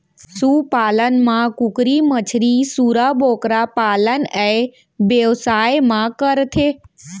सु पालन म कुकरी, मछरी, सूरा, बोकरा पालन ए बेवसाय म करथे